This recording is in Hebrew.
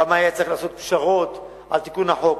כמה היה צריך לעשות פשרות על תיקון החוק.